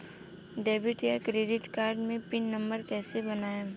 Debit या credit card मे pin number कैसे बनाएम?